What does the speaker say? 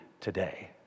today